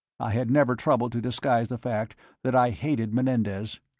i had never troubled to disguise the fact that i hated menendez.